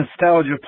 nostalgia